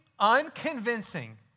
unconvincing